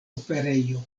operejo